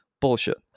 bullshit